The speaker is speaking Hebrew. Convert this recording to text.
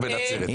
בנצרת,